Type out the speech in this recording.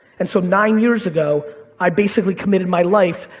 and so nine years ago, i basically committed my life,